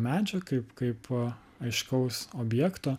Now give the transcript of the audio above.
medžio kaip kaip aiškaus objekto